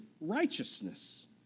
righteousness